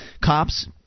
cops